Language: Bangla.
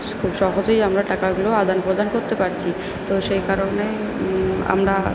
খুব সহজেই আমরা টাকাগুলো আদান প্রদান করতে পারছি তো সেই কারণে আমরা